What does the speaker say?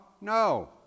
No